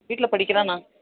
வீட்டில் படிக்கிறானா